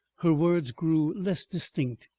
her words grew less distinct.